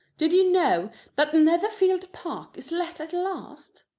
did you know that netherfield park is let at last?